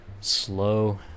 slow